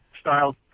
styles